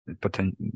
potential